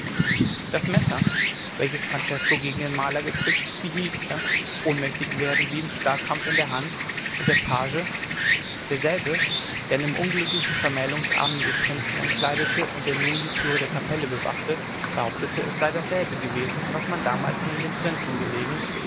das messer welches francesko gegen den maler gezückt behielt er ohnmächtig werdend wie im starrkrampf in der hand und der page derselbe der an dem unglücklichen vermählungsabende den prinzen entkleidete und der nun die türe der kapelle bewachte behauptete es sei dasselbe gewesen was damals neben dem prinzen gelegen